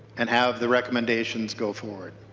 and have the recommendations go forward.